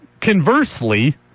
conversely